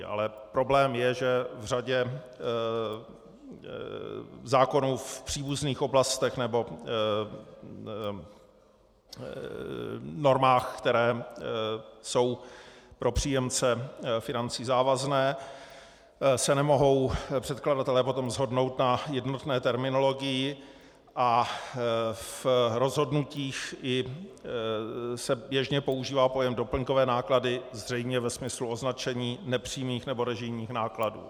Ale problém je, že v řadě zákonů v příbuzných oblastech nebo normách, které jsou pro příjemce financí závazné, se nemohou předkladatelé potom shodnout na jednotné terminologii a v rozhodnutích se běžně používá pojem doplňkové náklady zřejmě ve smyslu označení nepřímých nebo režijních nákladů.